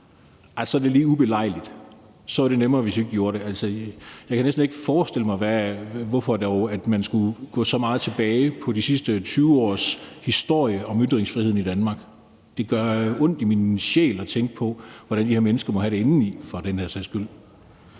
er det lige ubelejligt og nemmere, hvis ikke vi står imod. Jeg kan næsten ikke forestille mig, hvorfor man dog skulle gå så meget tilbage på de sidste 20 års historie om ytringsfriheden i Danmark. Det gør ondt i min sjæl at tænke på, hvordan de her mennesker må have det indeni, for den sags skyld.